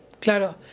Claro